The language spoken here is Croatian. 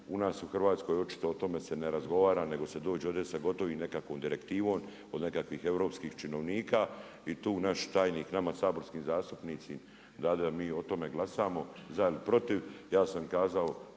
u nas u Hrvatskoj očito o tome se ne razgovara nego se dođe ovdje sa gotovom nekakvom direktivom, od nekakvih europskih činovnika i tu naš tajnik, nama saborskim zastupnicima daje da mi o tome glasamo za ili protiv. Ja sam kazao